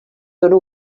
dono